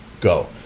go